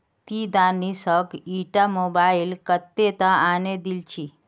ती दानिशक ईटा मोबाइल कत्तेत आने दिल छि